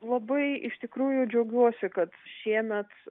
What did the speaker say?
labai iš tikrųjų džiaugiuosi kad šiemet